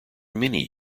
many